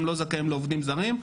הם לא זכאים לעובדים זרים.